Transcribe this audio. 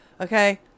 okay